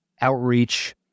outreach